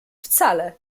wcale